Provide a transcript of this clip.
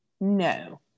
No